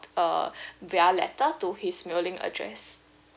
uh via letter to his mailing address